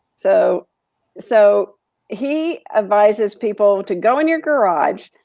so so he advises people to go in your garage,